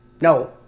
no